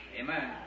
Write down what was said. Amen